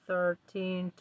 Thirteen